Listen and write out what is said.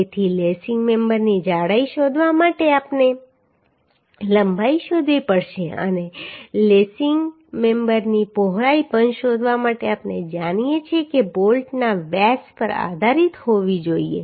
તેથી લેસિંગ મેમ્બરની જાડાઈ શોધવા માટે આપણે લંબાઈ શોધવી પડશે અને લેસિંગ મેમ્બરની પહોળાઈ પણ શોધવા માટે આપણે જાણીએ છીએ કે તે બોલ્ટના વ્યાસ પર આધારિત હોવી જોઈએ